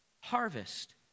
harvest